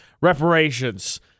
reparations